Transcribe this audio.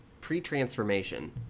pre-transformation